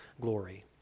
glory